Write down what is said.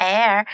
Air